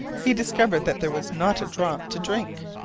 he discovered that there was not a drop to drink!